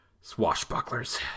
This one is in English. swashbucklers